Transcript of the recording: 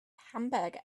hamburger